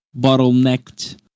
bottlenecked